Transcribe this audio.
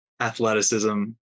athleticism